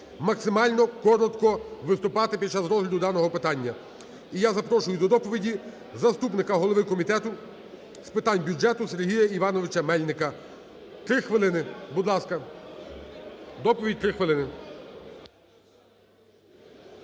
максимально коротко виступати під час розгляду даного питання. І я запрошую до доповіді заступника голови Комітету з питань бюджету Сергія Івановича Мельника. 3 хвилини. Будь ласка, доповідь, 3 хвилини.